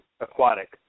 aquatic